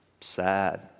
Sad